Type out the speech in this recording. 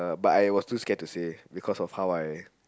but I was too scared to say because of how I